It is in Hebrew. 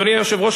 אדוני היושב-ראש,